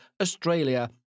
Australia